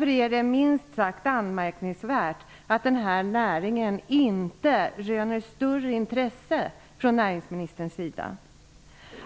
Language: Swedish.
Det är därför minst sagt anmärkningsvärt att denna näring inte röner större intresse från näringsministern.